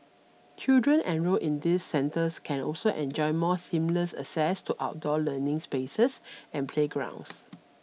children enrolled in these centres can also enjoy more seamless access to outdoor learning spaces and playgrounds